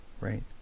right